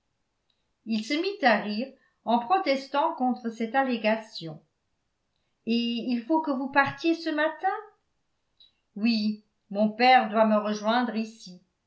il se mit à rire en protestant contre cette allégation et il faut que vous partiez ce matin oui mon père doit me rejoindre ici